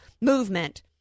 movement